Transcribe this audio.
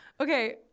Okay